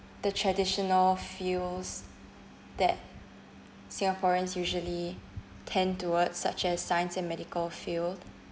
the traditional fields that singaporeans usually tend towards such as science and medical field